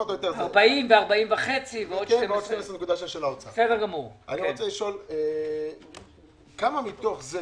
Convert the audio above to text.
40 ו-40.5 ועוד 12. כמה מתוך זה